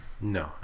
No